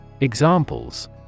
Examples